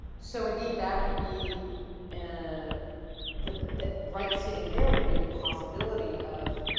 so indeed that would be ah the, the right sitting there would be the possibility of